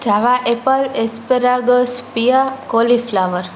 java apple asparagus cauliflower